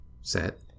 set